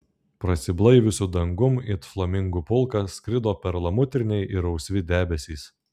prasiblaiviusiu dangum it flamingų pulkas skrido perlamutriniai ir rausvi debesys